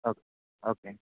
okay okay